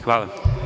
Hvala.